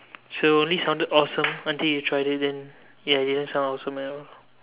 so only sounded awesome until you tried it and ya didn't sound awesome at all